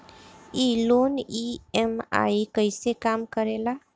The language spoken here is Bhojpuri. ई लोन ई.एम.आई कईसे काम करेला?